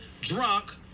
drunk